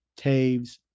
Taves